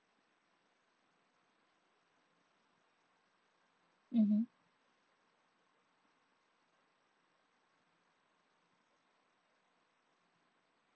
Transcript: mmhmm